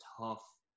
tough